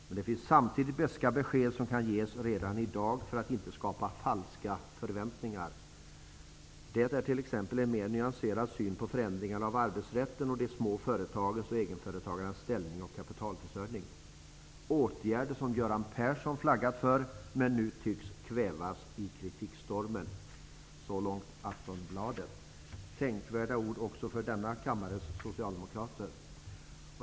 Men det finns samtidigt beska besked som kan ges redan i dag för att inte skapa falska förväntningar. Det är t.ex. en mer nyanserad syn på förändringarna av arbetsrätten och de små företagens och egenföretagarnas ställning och kapitalförsörjning. Åtgärder som Göran Persson flaggat för men nu tycks kvävas i kritikstormen.'' Tänkvärda ord också för denna kammares socialdemokrater.